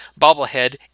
bobblehead